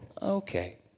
Okay